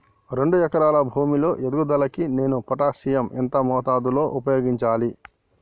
రెండు ఎకరాల భూమి లో ఎదుగుదలకి నేను పొటాషియం ఎంత మోతాదు లో ఉపయోగించాలి?